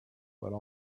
would